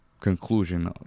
conclusion